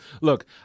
Look